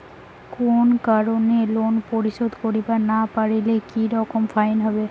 কোনো কারণে লোন পরিশোধ করিবার না পারিলে কি রকম ফাইন হবে?